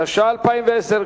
התש"ע 2010,